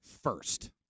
first